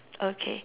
okay